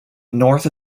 north